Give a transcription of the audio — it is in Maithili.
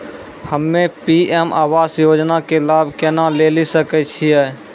हम्मे पी.एम आवास योजना के लाभ केना लेली सकै छियै?